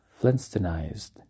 Flintstonized